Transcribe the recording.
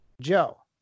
joe